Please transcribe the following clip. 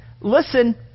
listen